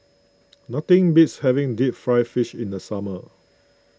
nothing beats having Deep Fried Fish in the summer